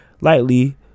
lightly